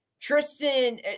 Tristan